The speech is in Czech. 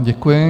Děkuji.